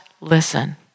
listen